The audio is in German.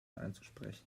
einzusprechen